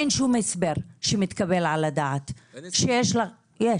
אין שום הסבר שמתקבל על הדעת שיש --- אין --- יש,